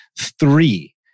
three